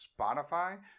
Spotify